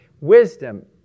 wisdom